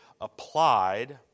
applied